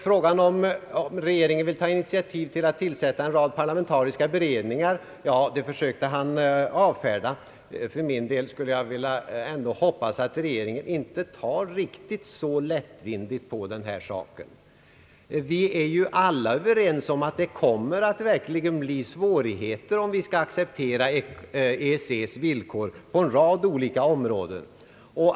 Frågan om regeringen vill ta initiativ till att tillsätta en rad parlamentariska beredningar försökte han avfärda. För min del skulle jag ändå vilja hoppas att regeringen ändå inte tar riktigt så lättvindigt på denna sak. Vi är ju alla överens om att det verkligen kommer att bli svårigheter, om vi skall acceptera EEC:s villkor på en rad olika områden.